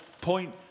point